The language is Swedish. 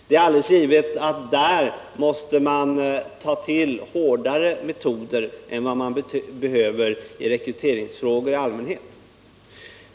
Det är alldeles givet att man härvidlag måste ta till hårdare metoder än vad som behövs vid rekrytering i allmänhet.